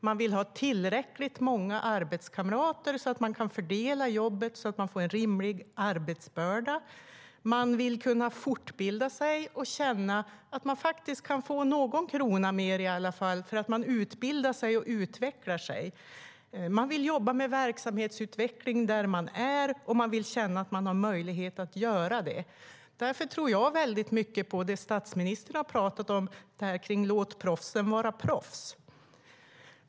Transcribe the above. Man vill ha tillräckligt många arbetskamrater så att man kan fördela jobbet för att få en rimlig arbetsbörda. Man vill kunna fortbilda sig och känna att man kan få någon krona mer för att man utbildar sig och utvecklar sig. Man vill jobba med verksamhetsutveckling där man är, och man vill känna att man har möjlighet att göra det. Därför tror jag väldigt mycket på det statsministern har pratat om: "Låt proffsen vara proffs."